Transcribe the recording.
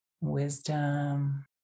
wisdom